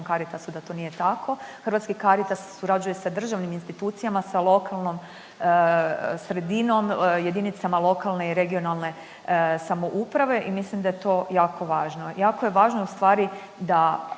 Hrvatski Caritas surađuje sa državnim institucijama, sa lokalnom sredinom, jedinicama lokalne i regionalne samouprave i mislim da je to jako važno.